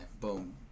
Boom